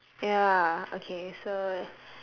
ya okay so